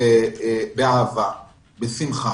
ובאהבה ובשמחה.